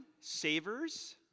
savers